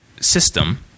system